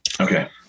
Okay